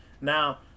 Now